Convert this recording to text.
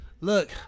Look